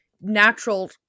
natural